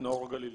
נאור גלילי.